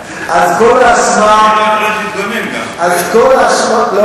אז כל האשמה, אפשרות להתגונן גם.